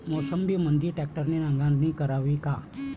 मोसंबीमंदी ट्रॅक्टरने नांगरणी करावी का?